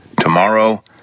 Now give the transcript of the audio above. Tomorrow